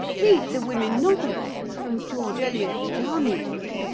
read the women novelists from george eliot downwards.